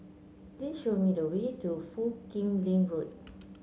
please show me the way to Foo Kim Lin Road